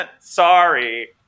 Sorry